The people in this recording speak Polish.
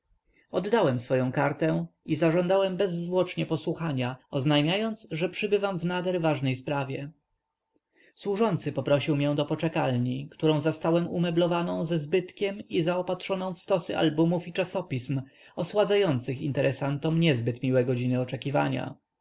oddałem swoją kartę i zażądałem bezzwłocznie posłuchania oznajmiając że przybywam w nader ważnej sprawie służący poprosił mię do poczekalni którą zastałem umeblowaną ze zbytkiem i zaopatrzoną w stosy albumów i czasopism osładzających interesantom niezbyt miłe godziny oczekiwania